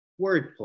wordplay